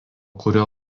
kurio